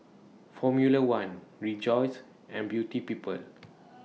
Formula one Rejoice and Beauty People